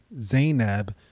Zainab